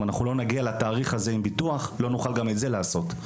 נגיע לתאריך הזה עם ביטוח לא נוכל גם את זה לעשות.